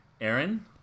Aaron